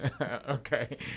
Okay